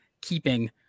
keeping